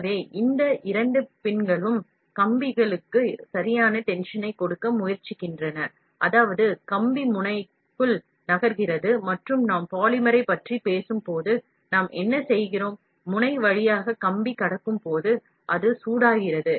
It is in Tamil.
எனவே இந்த இரண்டு பின் களும் கம்பிக்கு சரியான tension ஐ கொடுக்க முயற்சிக்கின்றன அதாவது கம்பி முனைக்குள் நகர்கிறது மற்றும் நாம் பாலிமரைப் பற்றி பேசும்போது நாம் என்ன செய்கிறோம் முனை வழியாக கம்பி கடக்கும்போது அது சூடாகிறது